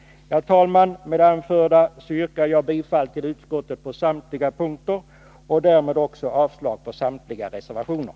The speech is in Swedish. Herr talman! Med det anförda yrkar jag bifall till utskottets hemställan på samtliga punkter och därmed avslag på samtliga reservationer.